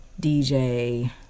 DJ